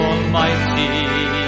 Almighty